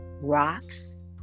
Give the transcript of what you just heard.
rocks